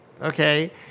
okay